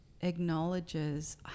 acknowledges